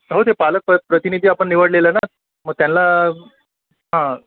हो ते पालक प्र प्रतिनिधी तो आपण निवडलेला न मग त्याला हं